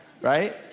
right